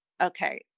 okay